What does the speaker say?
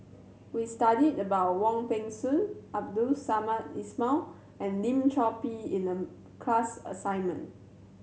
we studied about Wong Peng Soon Abdul Samad Ismail and Lim Chor Pee in the class assignment